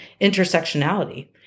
intersectionality